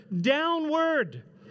downward